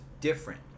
different